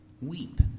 Weep